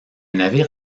navire